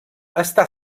està